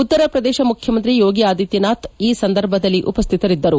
ಉತ್ತರ ಪ್ರದೇಶ ಮುಖ್ಯಮಂತ್ರಿ ಯೋಗಿ ಆದಿತ್ಲನಾಥ್ ಈ ಸಂದರ್ಭದಲ್ಲಿ ಉಪಸ್ಥಿತರಿದ್ದರು